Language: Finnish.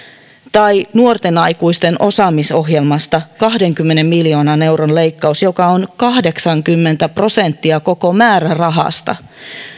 tai nuorten aikuisten osaamisohjelmasta kahdenkymmenen miljoonan euron leikkaus joka on kahdeksankymmentä prosenttia koko määrärahasta